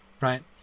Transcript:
right